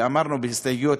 ואמרנו בהסתייגויות,